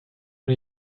new